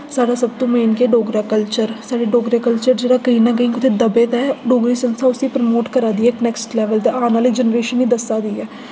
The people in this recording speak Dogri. साढ़ा सबतों मेन केह् डोगरा कल्चर साढ़े डोगरा कल्चर जेह्ड़ा केईं नां केईं कुतै दब्बे दा ऐ डोगरी संस्था उस्सी प्रमोट करा दी ऐ इक नैक्स्ट लैवल ते औन आह्ली जनरेशन गी दस्सा दी ऐ